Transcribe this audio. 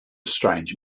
strange